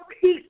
peace